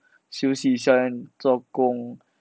休息一下 then 做工